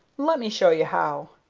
let me show you how.